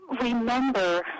remember